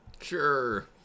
Sure